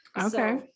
okay